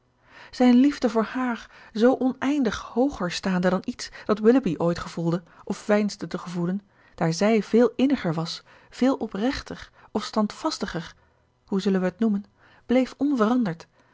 zijn liefde voor haar zoo oneindig hooger staande dan iets dat willoughby ooit gevoelde of veinsde te gevoelen daar zij veel inniger was veel oprechter of standvastiger hoe zullen wij het noemen bleef onveranderd